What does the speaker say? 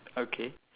okay